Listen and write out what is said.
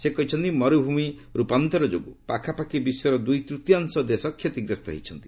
ସେ କହିଛନ୍ତି ମରୁଭୂମି ରୂପାନ୍ତର ଯୋଗୁଁ ପାଖାପାଖି ବିଶ୍ୱର ଦୁଇ ତୂତୀୟାଂଶ ଦେଶ କ୍ଷତିଗ୍ରସ୍ତ ହୋଇଛନ୍ତି